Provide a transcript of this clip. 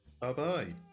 bye-bye